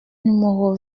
numéro